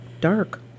Dark